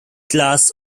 glass